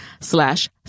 slash